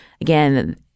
Again